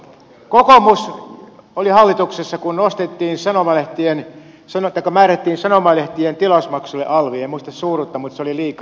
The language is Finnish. kokoomus oli hallituksessa kun määrättiin sanomalehtien tilausmaksulle alvi en muista suuruutta mutta se oli liikaa